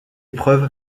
épreuve